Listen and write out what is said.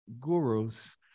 Gurus